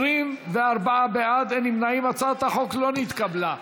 התשע"ח 2018, לא נתקבלה.